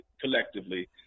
collectively